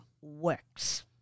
works